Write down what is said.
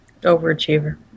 overachiever